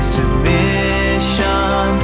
submission